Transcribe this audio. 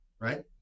right